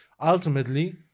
ultimately